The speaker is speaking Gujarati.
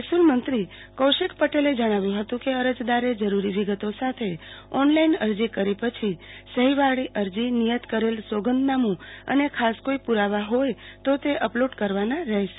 મહેસુલમંત્રી કૌશિક પટેલે જણાવ્યું હતું કે અરજદારે જરુરી વિગતો સાથે ઓનલાઈન અરજી કરી પછી સહીવાળી અરજી નિયત કરેલું સોગંદનામું અને ખાસ કોઈ પુરાવા હોય તો તે અપલોડ કરવાના રહેશે